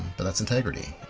but that's integrity.